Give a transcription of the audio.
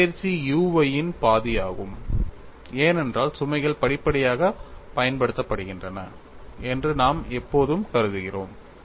இடப்பெயர்ச்சி u y ன் பாதி ஆகும் ஏனென்றால் சுமைகள் படிப்படியாக பயன்படுத்தப்படுகின்றன என்று நாம் எப்போதும் கருதுகிறோம்